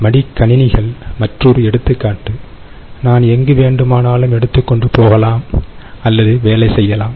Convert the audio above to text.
மடிக்கணினிகள் மற்றொரு எடுத்துக்காட்டு நான் எங்கு வேண்டுமானாலும் எடுத்துக்கொண்டு போகலாம் அல்லது வேலை செய்யலாம்